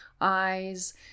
eyes